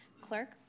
Clerk